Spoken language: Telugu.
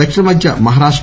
దక్షిణ మధ్య మహారాష్ట